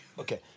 Okay